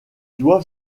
doivent